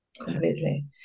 Completely